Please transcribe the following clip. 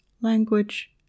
language